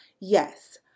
Yes